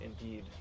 indeed